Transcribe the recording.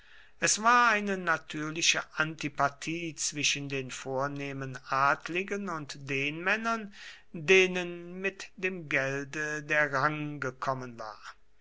es war eine natürliche antipathie zwischen den vornehmen adligen und den männern denen mit dem gelde der rang gekommen war